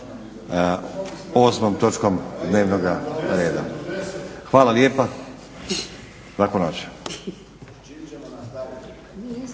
osmom točkom dnevnog reda. Hvala lijepa. Laku noć.